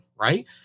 right